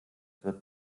wird